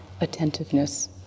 attentiveness